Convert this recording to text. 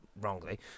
wrongly